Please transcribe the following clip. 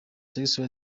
sexual